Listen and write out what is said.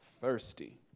thirsty